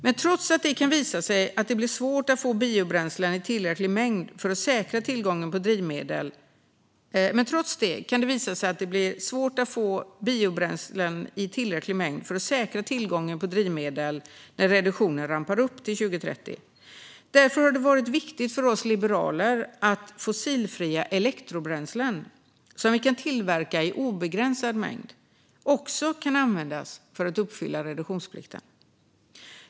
Men trots det kan det visa sig att det blir svårt att få biobränslen i tillräcklig mängd för att säkra tillgången på drivmedel när reduktionen rampar upp till 2030. Därför har det varit viktigt för oss liberaler att fossilfria elektrobränslen, som vi kan tillverka i obegränsad mängd, också kan användas för att uppfylla reduktionsplikten.